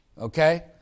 Okay